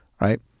right